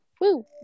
Woo